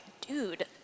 dude